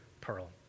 pearl